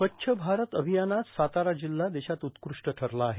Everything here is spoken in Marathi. स्वच्छ भारत अभियानात सातारा जिल्हा देशात उत्कृष्ट ठरला आहे